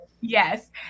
Yes